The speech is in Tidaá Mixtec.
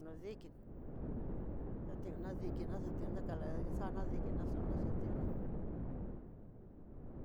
No dikinó xationa dikina xala kixana dikiná xona xantiona ujun.